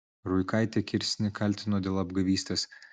ruikaitė kirsnį kaltino dėl apgavystės